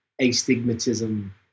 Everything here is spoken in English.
astigmatism